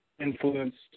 influenced